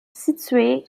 situé